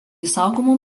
saugomų